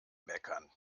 meckern